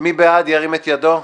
מי שבעד ירים את ידו.